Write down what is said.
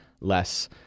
less